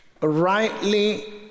Rightly